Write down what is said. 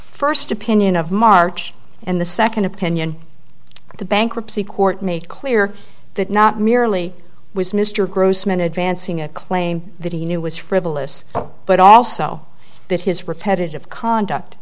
first opinion of march and the second opinion the bankruptcy court made clear that not merely was mr grossman advancing a claim that he knew was frivolous but also that his repetitive conduct